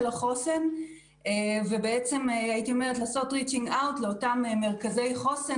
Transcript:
החוסן ובעצם לעשות reaching out לאותם מרכזי חוסן